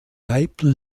maple